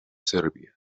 serbia